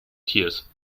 tears